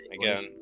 Again